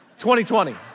2020